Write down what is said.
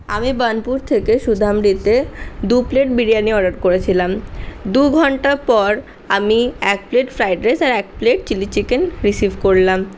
আমি বার্নপুর থেকে সুধামৃতে দু প্লেট বিরিয়ানি অর্ডার করেছিলাম দু ঘণ্টা পর আমি এক প্লেট ফ্রায়েড রাইস আর এক প্লেট চিলি চিকেন রিসিভ করলাম